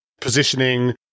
positioning